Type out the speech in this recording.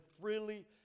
freely